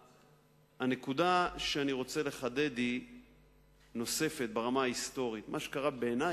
הנקודה שאני רוצה לחדד ברמה ההיסטורית: מה שקרה בעיני,